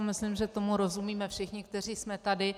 Myslím, že tomu rozumíme všichni, kteří jsme tady.